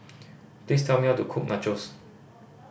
please tell me how to cook Nachos